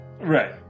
Right